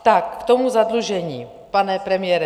K tomu zadlužení, pane premiére.